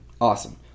Awesome